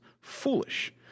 foolish